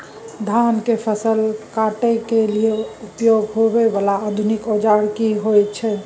धान के फसल काटय के लिए उपयोग होय वाला आधुनिक औजार की होय छै?